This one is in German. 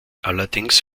allerdings